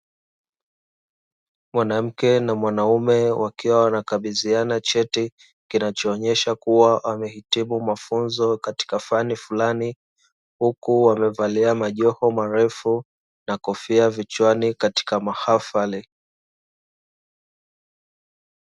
Mwanamke na mwanaume wakiwa wanakabidhiana cheti kinachoonyesha kua amehitimu mafunzo katika fani fulani huku wamevalia majoho marefu na kofia vichwani katika mahafali.